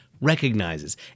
recognizes